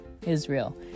Israel